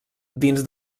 dins